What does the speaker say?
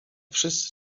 wszyscy